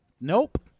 Nope